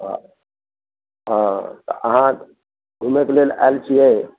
हँ हँ तऽ अहाँ घुमैके लेल आएल छियै